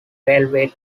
railway